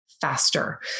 faster